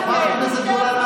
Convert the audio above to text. חברת הכנסת גולן,